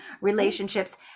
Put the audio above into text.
relationships